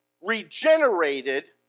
regenerated